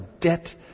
debt